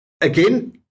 Again